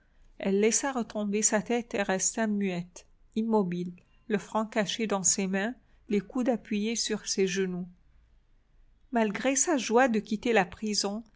elle laissa retomber sa tête et resta muette immobile le front caché dans ses mains les coudes appuyés sur ses genoux malgré sa joie de quitter la prison